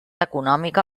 econòmica